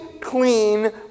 clean